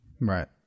right